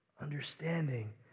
Understanding